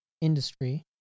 industry